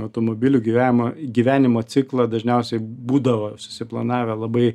automobilių gyvenimo gyvenimo ciklą dažniausiai būdavo susiplanavę labai